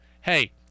hey